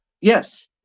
Yes